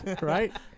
Right